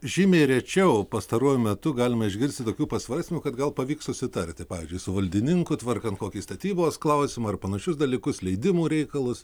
žymiai rečiau pastaruoju metu galime išgirsti tokių pasvarstymų kad gal pavyks susitarti pavyzdžiui su valdininku tvarkant kokį statybos klausimą ar panašius dalykus leidimų reikalus